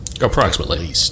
approximately